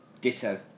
ditto